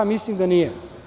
Mislim da nije.